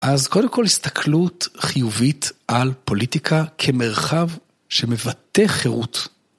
אז קודם כל הסתכלות חיובית על פוליטיקה כמרחב שמבטא חירות.